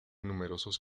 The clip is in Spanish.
numerosos